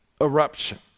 eruption